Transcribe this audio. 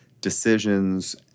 decisions